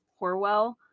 Horwell